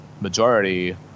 majority